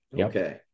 Okay